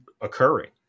occurring